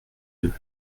deux